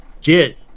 get